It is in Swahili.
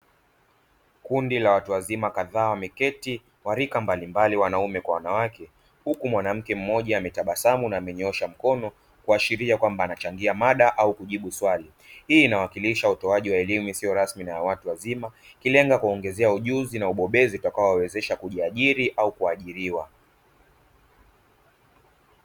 Kundi la watu wazima kadhaa wameketi kwenye viti vya rika mbalimbali, wanaume kwa wanawake, huku mwanamke mmoja ametabasamu na kunyoosha mkono kuashiria kwamba anachangia mada au kujibu swali. Hii inawakilisha utoaji wa elimu isiyo rasmi na ya watu wazima, ikilenga kuwaongezea ujuzi na ubobezi utakaowawezesha kujiajiri au kuajiriwa.